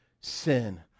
sin